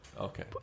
okay